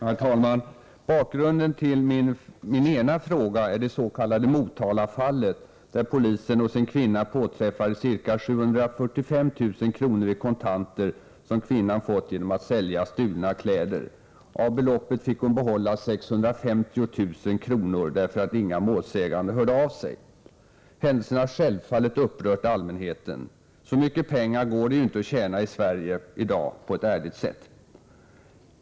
Herr talman! Bakgrunden till min ena fråga är det s.k. Motalafallet där polisen hos en kvinna påträffade ca 745 000 kr. i kontanter som kvinnan fått genom att sälja stulna kläder. Av beloppet fick hon behålla 650 000 kr. därför att inga målsägande hörde av sig. Händelsen har självfallet upprört allmänheten — så mycket pengar går det inte att tjäna i Sverige i dag på ett ärligt sätt.